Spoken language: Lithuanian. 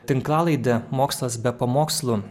tinklalaidė mokslas be pamokslų